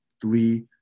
three